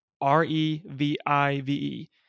R-E-V-I-V-E